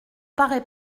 paraît